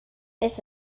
ist